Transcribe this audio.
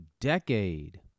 decade